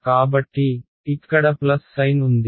కాబట్టి ఇక్కడ plus sign ఉంది